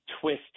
twist